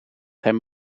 hem